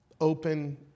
open